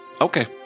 Okay